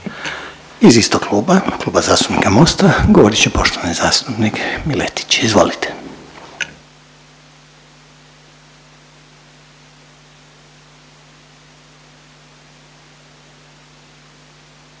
Iz istog kluba, Kluba zastupnika Mosta govorit će poštovani zastupnik Miletić. Izvolite.